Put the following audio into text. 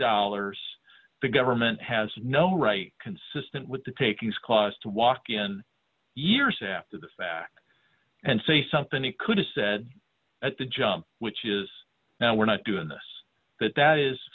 dollars the government has no right consistent with the takings clause to walk in years after the fact and say something he could have said at the jump which is now we're not doing this that that is